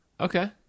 okay